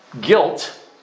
Guilt